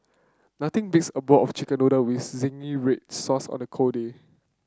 nothing beats a bowl of chicken noodle with zingy red sauce on a cold day